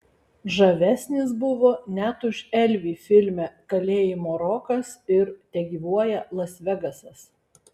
žavesnis buvo net už elvį filme kalėjimo rokas ir tegyvuoja las vegasas